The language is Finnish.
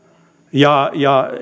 ja